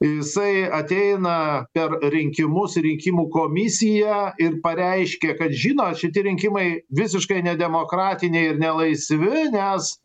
jisai ateina per rinkimus rinkimų komisiją ir pareiškė kad žinot šiti rinkimai visiškai nedemokratiniai ir nelaisvi nes